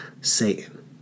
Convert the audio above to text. Satan